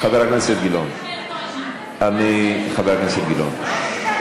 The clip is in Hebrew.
חבר הכנסת גילאון, חבר הכנסת גילאון.